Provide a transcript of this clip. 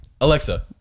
Alexa